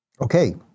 Okay